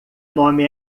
nome